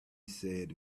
said